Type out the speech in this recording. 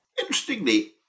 Interestingly